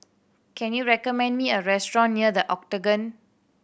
can you recommend me a restaurant near The Octagon